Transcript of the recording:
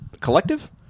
Collective